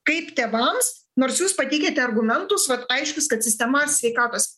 kaip tėvams nors jūs pateikiate argumentus vat aiškius kad sistema sveikatos